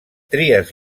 tries